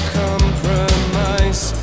compromise